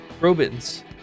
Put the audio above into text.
Robins